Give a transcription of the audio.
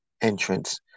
entrance